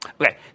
Okay